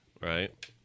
right